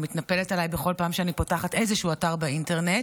מתנפלת עליי בכל פעם שאני פותחת איזשהו אתר באינטרנט.